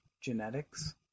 genetics